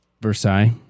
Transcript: Versailles